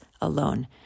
alone